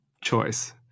choice